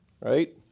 Right